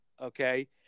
okay